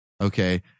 okay